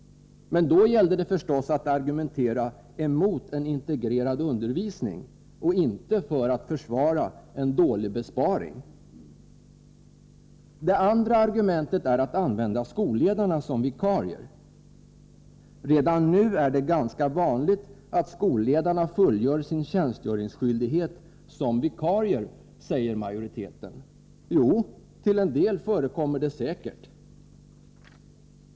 Men då gällde det förstås att argumentera emot en integrerad undervisning och inte för att försvara en dålig besparing. Det andra argumentet är att använda skolledarna som vikarier. ”Redan nu är det ganska vanligt att skolledarna fullgör sin tjänstgöringsskyldighet som vikarier”, säger majoriteten. Jo, det förekommer säkert till en del.